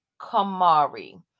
Kamari